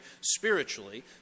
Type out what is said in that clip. spiritually